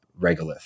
regolith